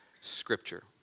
scripture